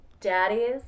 Daddies